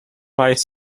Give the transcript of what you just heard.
rice